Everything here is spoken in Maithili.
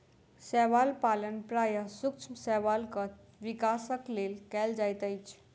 शैवाल पालन प्रायः सूक्ष्म शैवालक विकासक लेल कयल जाइत अछि